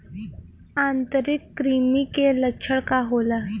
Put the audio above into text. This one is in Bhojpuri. आंतरिक कृमि के लक्षण का होला?